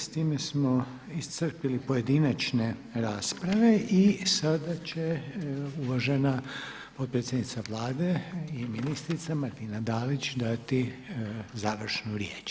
S time smo iscrpili pojedinačne rasprave i sada će uvažena potpredsjednica Vlade i ministrica Martina Dalić dati završnu riječ.